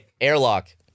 Airlock